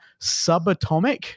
subatomic